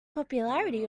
popularity